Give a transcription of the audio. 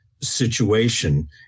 situation